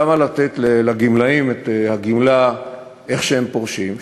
למה לתת לגמלאים את הגמלה כשהם פורשים,